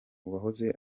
uwahoze